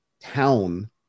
town